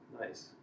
Nice